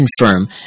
confirm